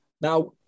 Now